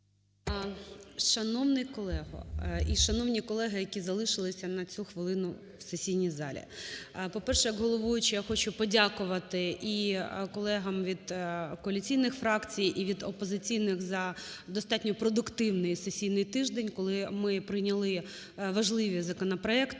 Шановний колего і шановні колеги, які залишилися на цю хвилину в сесійній залі, по-перше, як головуюча я хочу подякувати і колегам від коаліційних фракцій, і від опозиційних за достатньо продуктивний сесійний тиждень, коли ми прийняли важливі законопроекти